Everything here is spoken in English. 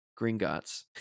Gringotts